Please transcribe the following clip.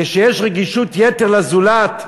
כשיש רגישות יתר לזולת,